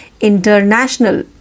International